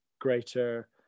greater